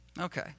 okay